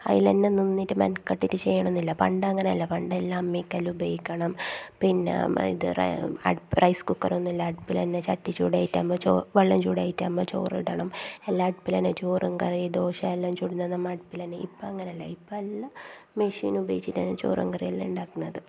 അതിലന്നെ നിന്നിട്ട് മെനക്കെട്ടിറ്റ് ചെയ്യണംന്നില്ല പണ്ട് അങ്ങനെയല്ല പണ്ട് എല്ലാ അമ്മിക്കല്ലും ഉപയോഗിക്കണം പിന്നെ അമ്മ ഇത് റെ അടുപ്പ് റൈസ് കുക്കർ ഒന്നുമില്ല അടുപ്പിലെന്നെ ചട്ടി ചൂടേറ്റ്മ്പ വെള്ളം ചൂടാറ്റ്മ്പ അമ്മ ചോറിടണം എല്ലാം അടുപ്പിലന്നെ ചോറും കറിയും ദോശ എല്ലാം ചുടുന്നതും അടുപ്പിലന്നെ ഇപ്പം അങ്ങനല്ല ഇപ്പം എല്ലാം മെഷീൻ ഉപയോഗിച്ചിട്ടാണ് ചോറും കറിയും എല്ലാം ഉണ്ടാക്കുന്നത്